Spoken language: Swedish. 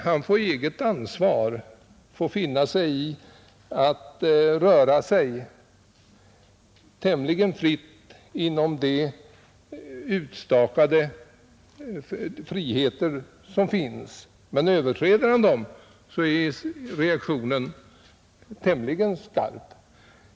Han får eget ansvar och kan röra sig tämligen fritt inom de gränser som erbjuds. Men överträder han dessa blir reaktionen tämligen kraftig.